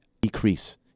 decrease